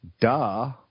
Duh